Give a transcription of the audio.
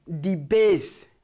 debase